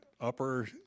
upper